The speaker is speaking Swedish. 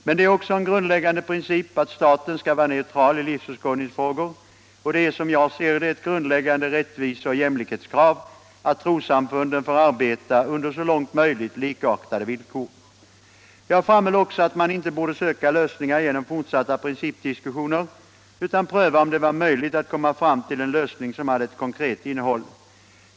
Men det är också en grundläggande princip att staten skall vara neutral i livsåskådningsfrågor, och det är som jag ser det ett grundläggande rättviseoch jämlikhetskrav att trossamfunden får arbeta under så långt möjligt likartade villkor. Jag framhöll också att man inte borde söka lösningar genom fortsatta principdiskussioner utan pröva om det var möjligt att komma fram till en lösning som hade ett konkret innehåll.